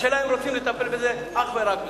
השאלה היא אם רוצים לטפל אך ורק בזה.